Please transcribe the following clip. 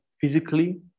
physically